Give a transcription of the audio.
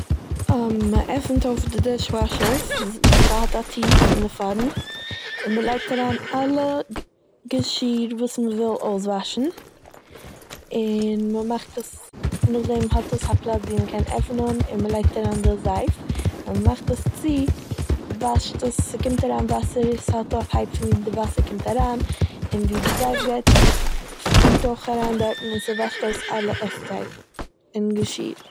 מ'עפנט אויף די דיש וואשער'ס, ס'האט א טיר פון די פארנט און מ'לייגט אריין אלע גע- געשיר וואס מ'וויל אויסוואשן, און מ'מאכט עס נאכדעם האט עס א פלאץ ווי מ'קען עפענען און מ'לייגט אריין די זייף, ווען מ'מאכט עס צו וואשט עס, ס'קומט אריין וואסער, ס'האט א פייפ פון ווי די וואסער קומט אריין און ווי די זייף גייט- פארט אויך אריין דארטן און ס'וואשט אויס אלע עסצייג און געשיר.